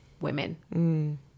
women